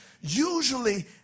usually